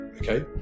Okay